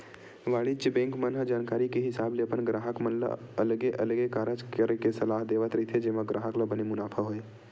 वाणिज्य बेंक मन ह जानकारी के हिसाब ले अपन गराहक मन ल अलगे अलगे कारज करे के सलाह देवत रहिथे जेमा ग्राहक ल बने मुनाफा होय